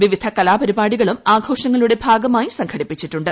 വിവിധ കലാപരിപാടികളും ആഘോഷങ്ങളുടെ ഭാഗമായി സംഘടിപ്പിച്ചിട്ടുണ്ട്